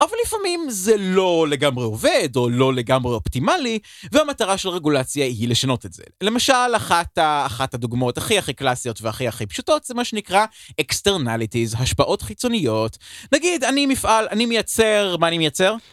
אבל לפעמים זה לא לגמרי עובד, או לא לגמרי אופטימאלי, והמטרה של רגולציה היא לשנות את זה. למשל, אחת הדוגמאות הכי הכי קלאסיות והכי הכי פשוטות זה מה שנקרא externalities, השפעות חיצוניות. נגיד, אני מפעל, אני מייצר, מה אני מייצר?